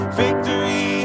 victory